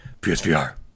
PSVR